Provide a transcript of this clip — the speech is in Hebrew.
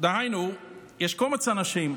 נלקח בשבי,